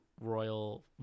royal